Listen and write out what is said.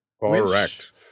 Correct